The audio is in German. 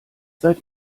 seid